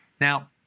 Now